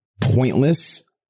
pointless